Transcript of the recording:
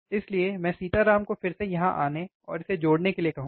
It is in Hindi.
इसलिए मैं सीताराम को फिर से यहां आने और इसे जोड़ने के लिए कहूँगा